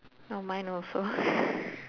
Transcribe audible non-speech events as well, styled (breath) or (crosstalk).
oh mine also (breath)